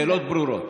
השאלות ברורות.